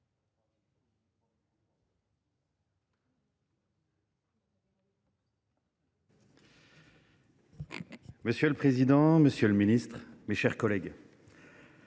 Monsieur le président, monsieur le ministre, mes chers collègues,